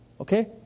okay